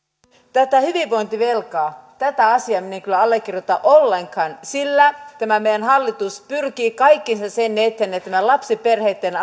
tätä hyvinvointivelkaa tätä asiaa minä en kyllä allekirjoita ollenkaan sillä tämä meidän hallitus pyrkii tekemään kaikkensa sen eteen että lapsiperheitten